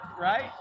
right